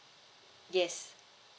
yes